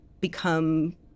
become